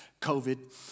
COVID